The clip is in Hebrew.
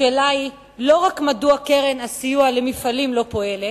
השאלה היא לא רק מדוע קרן הסיוע למפעלים לא פועלת,